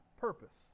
purpose